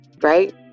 right